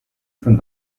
von